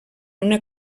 una